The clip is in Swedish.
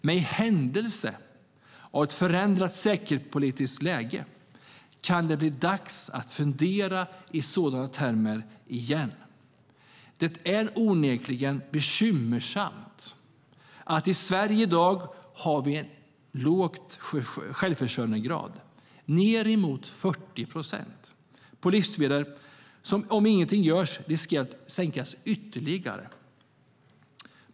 Men i händelse av ett förändrat säkerhetspolitiskt läge kan det bli dags att fundera i sådana termer igen. Det är onekligen bekymmersamt att Sverige i dag har en låg självförsörjningsgrad, ned mot 40 procent, när det gäller livsmedel. Om ingenting görs riskerar det att sänkas ytterligare.